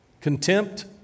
contempt